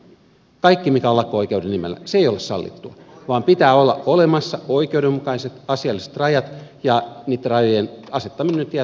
kaikki mikä on lakko oikeuden nimellä ei ole sallittua vaan pitää olla olemassa oikeudenmukaiset asialliset rajat ja niitten rajojen asettaminen nyt jää tuomioistuimelle